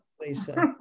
Lisa